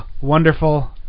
wonderful